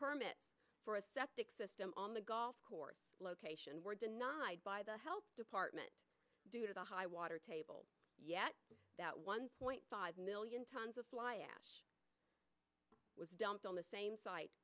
permit for a septic system on the golf course location were denied by the health department due to the high water table yet that one point five million tons of fly ash was dumped on the same site